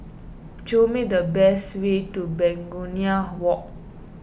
show me the best way to Begonia Walk